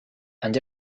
and